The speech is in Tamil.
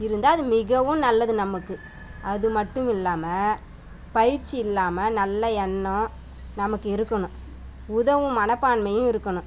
இருந்தால் அது மிகவும் நல்லது நமக்கு அது மட்டும் இல்லாமல் பயிற்சி இல்லாமல் நல்ல எண்ணம் நமக்கு இருக்கணும் உதவும் மனப்பான்மையும் இருக்கணும்